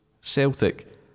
Celtic